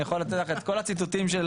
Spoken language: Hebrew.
אני יכול לתת לך את כל הציטוטים של